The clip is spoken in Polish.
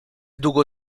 długo